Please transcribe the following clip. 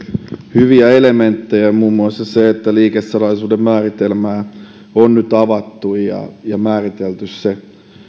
hyviä elementtejä muun muassa se että liikesalaisuuden määritelmää on nyt avattu ja määritelty se